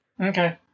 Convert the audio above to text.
Okay